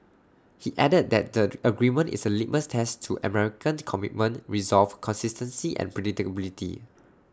he added that the agreement is A litmus test to American commitment resolve consistency and predictability